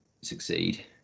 succeed